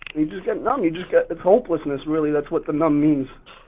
you just get numb. you just get it's hopelessness, really, that's what the numb means.